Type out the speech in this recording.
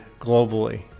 globally